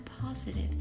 positive